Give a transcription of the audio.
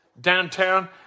downtown